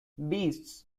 beasts